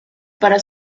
para